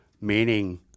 meaning